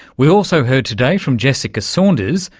we also heard today from jessica saunders,